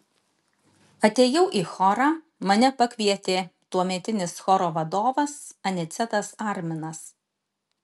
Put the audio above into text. atėjau į chorą mane pakvietė tuometinis choro vadovas anicetas arminas